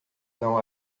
não